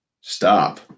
Stop